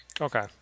Okay